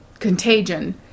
contagion